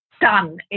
done